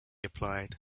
applied